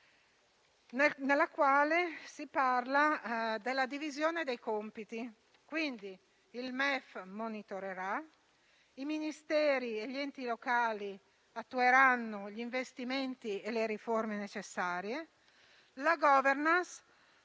nella quale si parla della divisione dei compiti. Il MEF monitorerà e i Ministeri e gli enti locali attueranno gli investimenti e le riforme necessarie. La *governance*